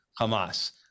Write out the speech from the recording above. Hamas